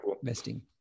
investing